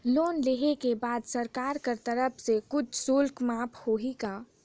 Loan लेहे के बाद सरकार कर तरफ से कुछ शुल्क माफ होही का?